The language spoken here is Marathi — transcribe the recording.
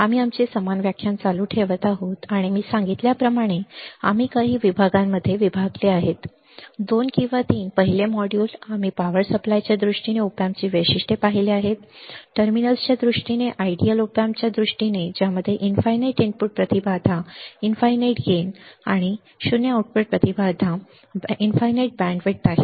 आम्ही आमचे समान व्याख्यान चालू ठेवत आहोत आणि मी सांगितल्याप्रमाणे आम्ही काही विभागांमध्ये विभागले आहेत 2 किंवा 3 पहिले मॉड्यूल आम्ही वीज पुरवठ्याच्या दृष्टीने op amp ची वैशिष्ट्ये पाहिली आहेत टर्मिनल्सच्या दृष्टीने आयडियलआदर्श op amp च्या दृष्टीने ज्यामध्ये इनफाईनाईटअनंत इनपुट प्रतिबाधा इनफाईनाईटअनंत गेन लाभ 0 आउटपुट प्रतिबाधा इनफाईनाईटअनंत बँड रुंदी आहे